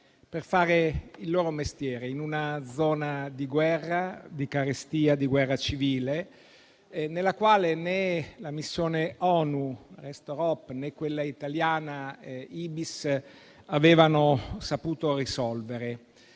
per fare il loro mestiere, in una zona di guerra, di carestia, di guerra civile, dove né la missione ONU Restore Hope né quella italiana Ibis avevano saputo portare